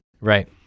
Right